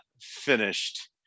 finished